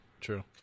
true